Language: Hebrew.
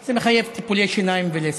זה מחייב טיפולי שיניים ולסת.